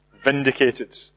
Vindicated